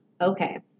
okay